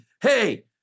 hey